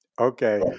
okay